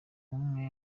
umwe